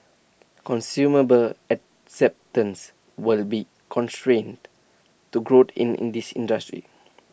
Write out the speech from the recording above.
consumable acceptance will be constraint to growth in in this industry